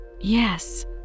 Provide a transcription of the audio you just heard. yes